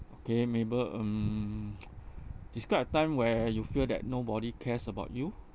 okay mabel um describe a time where you feel that nobody cares about you